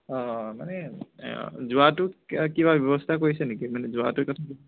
অঁ অঁ মানে যোৱাটোৰ কিবা ব্যৱস্থা কৰিছে নেকি মানে যোৱাটোৰ কথা কিবা